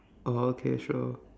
oh okay sure